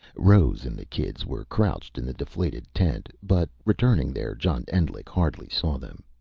rose and the kids were crouched in the deflated tent. but returning there, john endlich hardly saw them.